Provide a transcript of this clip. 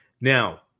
now